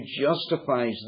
justifies